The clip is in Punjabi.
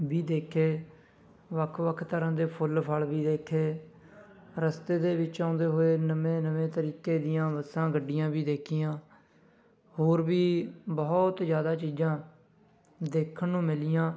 ਵੀ ਦੇਖੇ ਵੱਖ ਵੱਖ ਤਰਾਂ ਦੇ ਫੁੱਲ ਫਲ਼ ਵੀ ਦੇਖੇ ਰਸਤੇ ਦੇ ਵਿਚ ਆਉਂਦੇ ਹੋਏ ਨਵੇਂ ਨਵੇਂ ਤਰੀਕੇ ਦੀਆਂ ਬੱਸਾਂ ਗੱਡੀਆਂ ਵੀ ਦੇਖੀਆਂ ਹੋਰ ਵੀ ਬਹੁਤ ਜ਼ਿਆਦਾ ਚੀਜ਼ਾਂ ਦੇਖਣ ਨੂੰ ਮਿਲੀਆਂ